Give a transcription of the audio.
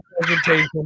presentation